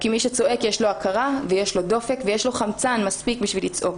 כי מי שצועק יש לו הכרה ויש לו דופק ויש לו חמצן מספיק בשביל לצעוק.